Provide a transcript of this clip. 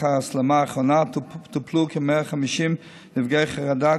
ההסלמה האחרונה כ-150 נפגעי חרדה,